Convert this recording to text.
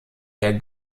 der